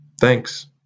Thanks